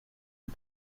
the